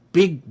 big